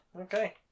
Okay